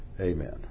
Amen